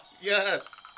Yes